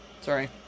Sorry